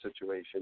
situation